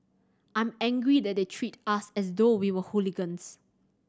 I'm angry that they treat us as though we were hooligans